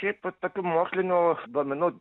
šiaip vat tokių mokslinių duomenų